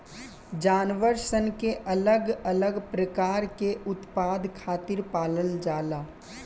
जानवर सन के अलग अलग प्रकार के उत्पाद खातिर पालल जाला